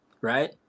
right